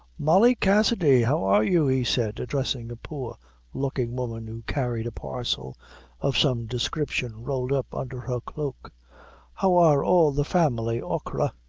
molly cassidy, how are you? he said, addressing a poor looking woman who carried a parcel of some description rolled up under her cloak how are all the family, achora?